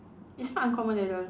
it's not uncommon at all